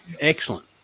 Excellent